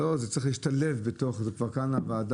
לא, צריך להשתלב בתוך זה כבר בוועדה.